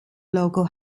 local